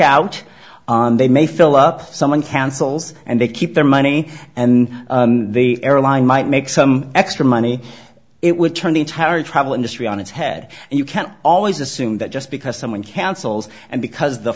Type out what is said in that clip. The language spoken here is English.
out they may fill up someone cancels and they keep their money and the airline might make some extra money it would turn the entire travel industry on its head and you can't always assume that just because someone counsels and because